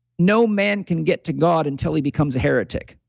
no man can get to god until he becomes a heretic.